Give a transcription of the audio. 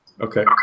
okay